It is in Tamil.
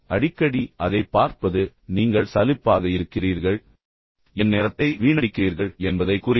அடிக்கடி அதைப் பார்ப்பது நீங்கள் சலிப்பாக இருக்கிறீர்கள் என் நேரத்தை வீணடிக்கிறீர்கள் என்பதைக் குறிக்கும்